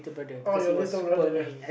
oh your little brother